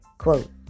Quote